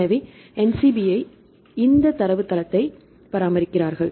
எனவே NCBI இந்த தரவுத்தளத்தை பராமரிக்கிறார்கள்